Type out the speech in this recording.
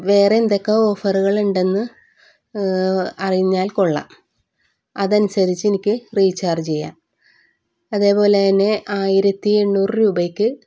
വേറെ എന്തൊക്കെ ഓഫറുകളുണ്ടെന്ന് അറിഞ്ഞാൽ കൊള്ളാം അതനുസരിച്ചെനിക്ക് റീചാർജ് ചെയ്യാം അതേപോലെത്തന്നെ ആയിരത്തി എണ്ണൂറ് രൂപയ്ക്ക്